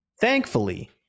Thankfully